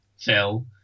Phil